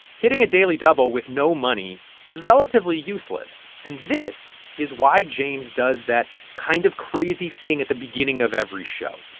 hitting a daily double with no money is relatively useless. and this is why james does that kind of crazy thing at the beginning of every show.